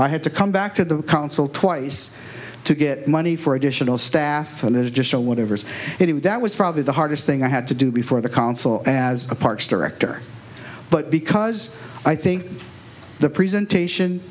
i had to come back to the council twice to get money for additional staff and it just so whatever's it was that was probably the hardest thing i had to do before the council as a parks director but because i think the presentation